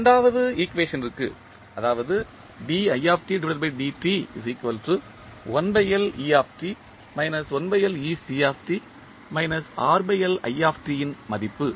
இரண்டாவது ஈக்குவேஷனிற்கு அதாவது இன் மதிப்பு